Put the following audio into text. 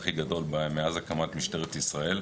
חייבת להיות לנו עתודה מאוד גדולה שמסייעת למשטרה ביום בשעת השי"ן,